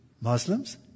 Muslims